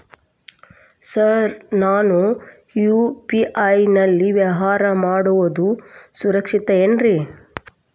Sir ನಾನು UPI ನಲ್ಲಿ ವ್ಯವಹಾರ ಮಾಡೋದು ಸುರಕ್ಷಿತ ಏನ್ರಿ?